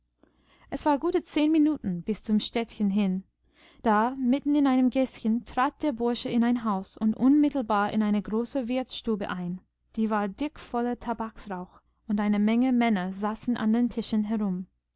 es war gute zehn minuten bis zum städtchen hin da mitten in einem gäßchen trat der bursche in ein haus und unmittelbar in eine große wirtsstube ein die war dick voller tabaksrauch und eine menge männer saßen an den tischen herum